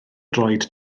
droed